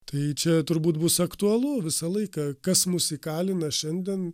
tai čia turbūt bus aktualu visą laiką kas mus įkalina šiandien